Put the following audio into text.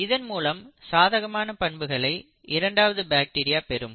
இதன் மூலம் சாதகமான பண்புகளை இரண்டாவது பாக்டீரியா பெறும்